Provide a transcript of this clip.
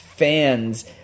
Fans